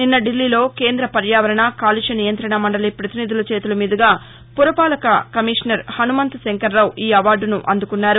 నిన్న ఢిల్లీలో కేంద్ర పర్యావరణ కాలుష్య నియంతణ మండలి పతినిధుల చేతుల మీదుగా పురపాలక కమీషనర్ హనుమంతు శంకరరావు ఈ అవార్డును అందుకున్నారు